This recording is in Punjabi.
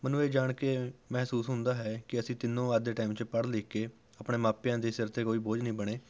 ਮੈਨੂੰ ਇਹ ਜਾਣ ਕੇ ਮਹਿਸੂਸ ਹੁੰਦਾ ਹੈ ਕਿ ਅਸੀਂ ਤਿੰਨੋਂ ਅੱਜ ਦੇ ਟਾਈਮ 'ਚ ਪੜ੍ਹ ਲਿਖ ਕੇ ਆਪਣੇ ਮਾਪਿਆਂ ਦੇ ਸਿਰ 'ਤੇ ਕੋਈ ਬੋਝ ਨਹੀਂ ਬਣੇ